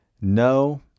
no